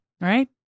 Right